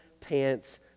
pants